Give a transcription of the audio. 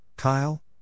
Kyle